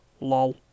Lol